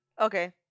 Okay